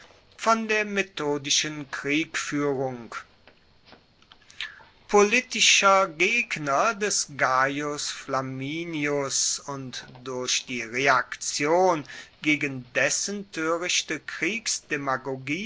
von der methodischen kriegfuehrung politischer gegner des gaius flaminius und durch die reaktion gegen dessen